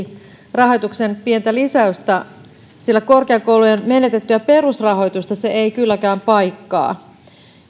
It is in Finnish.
rahoituksen pientä lisäystä sillä korkeakoulujen menetettyä perusrahoitusta se ei kylläkään paikkaa